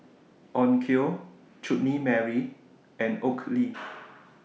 Onkyo Chutney Mary and Oakley